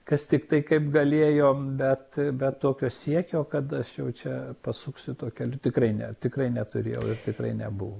kas tiktai kaip galėjo bet bet tokio siekio kad aš jau čia pasuksiu tuo keliu tikrai ne tikrai neturėjau ir tikrai nebuvo